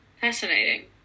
Fascinating